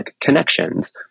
connections